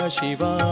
Shiva